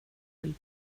vill